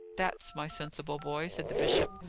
that's my sensible boy! said the bishop.